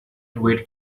invade